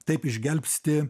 taip išgelbsti